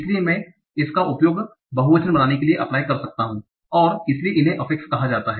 इसलिए मैं इस का उपयोग बहुवचन बनाने के लिए अप्लाई कर सकता हूं और इसलिए इन्हें अफेक्स कहा जाता है